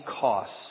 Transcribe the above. costs